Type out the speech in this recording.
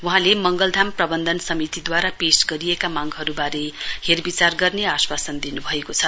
वहाँले मंगलधाम प्रबन्धन समितिद्वारा पेश गरिएका मागहरूबारे हेर विचार गर्ने आश्वासन दिन्भएको छ